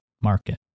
market